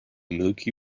milky